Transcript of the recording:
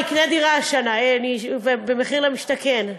אני אקנה דירה השנה במחיר למשתכן.